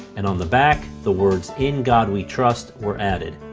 and on the back, the words in god we trust were added.